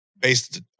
based